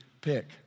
pick